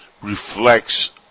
reflects